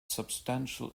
substantial